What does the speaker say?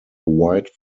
wide